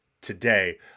today